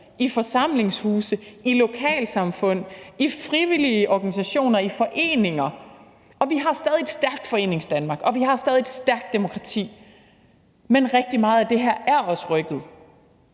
i forsamlingshuse, i lokalsamfund, i frivillige organisationer og i foreninger. Vi har stadig et stærkt Foreningsdanmark, og vi har stadig et stærkt demokrati, men rigtig meget af det her er rykket.